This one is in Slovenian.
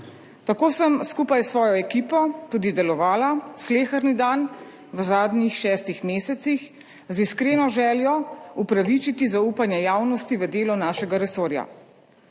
Tako sem skupaj s svojo ekipo tudi delovala sleherni dan v zadnjih šestih mesecih, z iskreno željo upravičiti zaupanje javnosti v delo našega resorja.